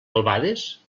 albades